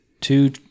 two